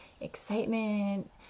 excitement